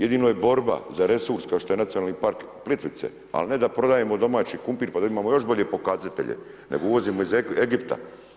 Jedino je borba za resurs kao što je Nacionalni park Plitvice, ali ne da prodajemo domaći krumpir pa da imamo još bolje pokazatelje, nego uvozimo iz Egipta.